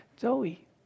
Zoe